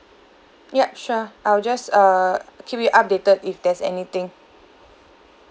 ya sure I'll just err keep you updated if there's anything